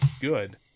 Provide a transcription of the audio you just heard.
good